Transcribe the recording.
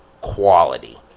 quality